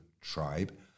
tribe